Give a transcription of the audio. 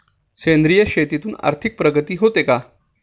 सेंद्रिय शेतीतून आर्थिक प्रगती होते का?